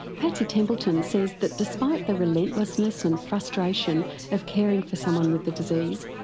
patsy templeton says that despite the relentlessness and frustration of caring for someone with the disease,